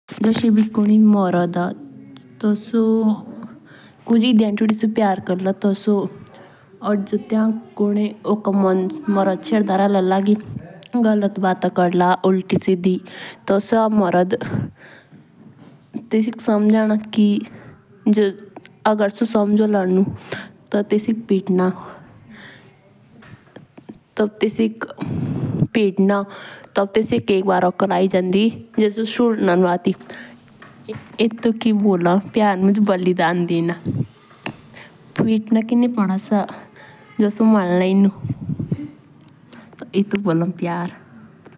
जश इबि कोडी मरद ए सो कुन्जेई दितुदियासे पियार क्र। या फिर जे तियाक कुडी ओका मरद छेदा रला लागी जीएलटी बैट क्रला उल्टी सिथि ता टेसिक स्मजन या जेसे स्मजला नू ता तिसिक पिटना ए जेबी से संडे नू आति ता इटुक बोला पियर मुज ब्लिडन डेना।